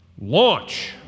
Launch